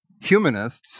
humanists